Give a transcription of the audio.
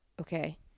Okay